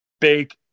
big